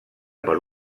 per